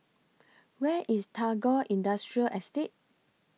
Where IS Tagore Industrial Estate